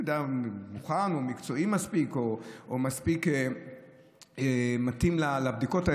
מוכן או מקצועי מספיק או מתאים מספיק לבדיקות האלה.